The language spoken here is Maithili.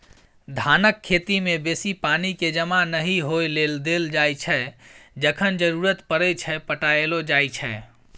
धानक खेती मे बेसी पानि केँ जमा नहि होइ लेल देल जाइ छै जखन जरुरत परय छै पटाएलो जाइ छै